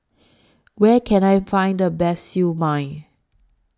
Where Can I Find The Best Siew Mai